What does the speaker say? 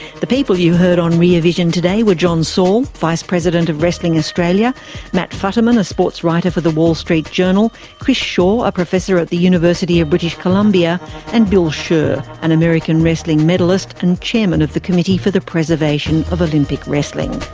the people you heard on rear vision today were john saul, vice president of wrestling australia matt futterman, a sports writer for the wall street journal chris shaw, a professor at the university of british columbia and bill scherr, an american wrestling medallist and chairman of the committee for the preservation of olympic wrestling.